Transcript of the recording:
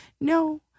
No